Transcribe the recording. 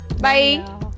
bye